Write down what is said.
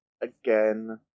again